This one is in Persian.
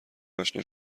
اشنا